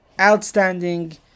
outstanding